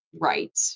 right